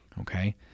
okay